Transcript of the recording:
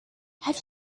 have